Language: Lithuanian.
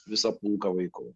visą pulką vaikų